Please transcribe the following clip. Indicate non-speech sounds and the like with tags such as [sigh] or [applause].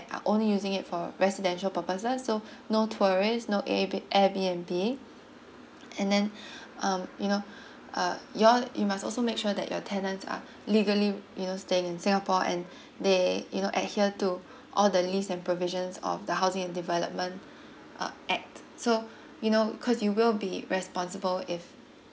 are only using it for residential purposes so [breath] no tourist no A B air B and B and then [breath] um you know uh you all you must also make sure that your tenant are legally you know staying in singapore and [breath] they you know adhere to all the list and provisions of the housing and development uh act so you know cause you will be responsible if